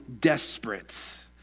desperate